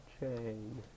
Chain